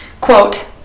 quote